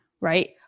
right